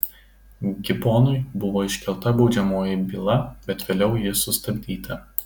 gibonui buvo iškelta baudžiamoji byla bet vėliau ji sustabdyta